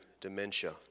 dementia